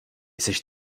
seš